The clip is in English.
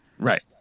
Right